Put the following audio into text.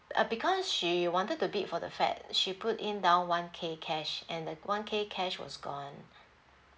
uh because she wanted to bid for the flat she put in down one K cash and the one K cash was gone